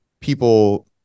People